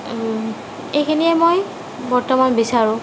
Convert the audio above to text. এইখিনিয়ে মই বৰ্তমান বিচাৰোঁ